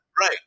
right